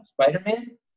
Spider-Man